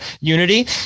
unity